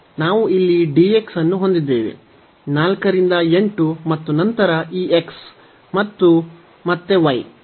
ನಾವು ಇಲ್ಲಿ dx ಅನ್ನು ಹೊಂದಿದ್ದೇವೆ 4 ರಿಂದ 8 ಮತ್ತು ನಂತರ ಈ x ಮತ್ತು ಮತ್ತೆ y